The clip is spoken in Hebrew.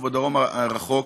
ובדרום הרחוק,